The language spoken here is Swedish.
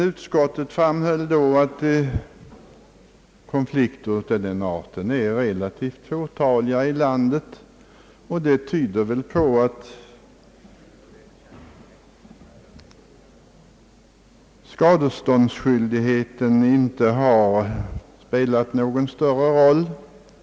Utskottet framhöll då att konflikter av den arten är relativt fåtaliga i landet, vilket tyder på att skadeståndsskyldigheten inte spelar någon större roll.